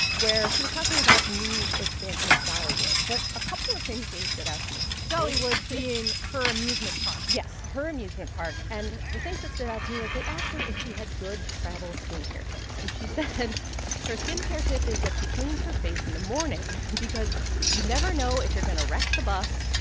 where she was talking about new expansion of dollywood. but a couple of things really stood out to me dollywood being her amusement park yes, her amusement park. and the things that stood out to me is they asked her if she had good travel skincare tips. and she said her skincare tip is that she cleans her face in the morning because you never know if you're going to wreck the bus.